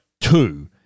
two